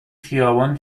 خیابان